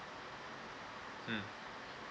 mm